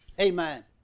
Amen